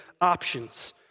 options